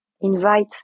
invite